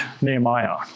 Nehemiah